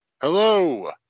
Hello